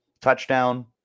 touchdown